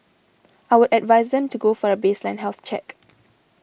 I would advise them to go for a baseline health check